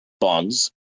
bonds